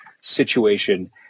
situation